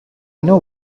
know